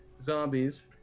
zombies